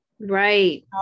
Right